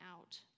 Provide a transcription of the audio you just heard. out